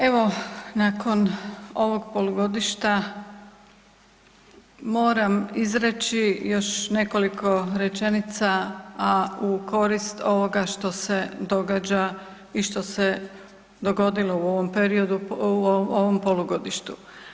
Evo nakon ovog polugodišta moram izreći još nekoliko rečenica, a u korist ovoga što se događa i što se dogodilo u ovom periodu, u ovom polugodištu.